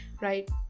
right